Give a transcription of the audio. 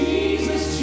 Jesus